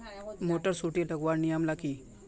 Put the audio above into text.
Motor सुटी लगवार नियम ला की?